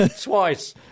twice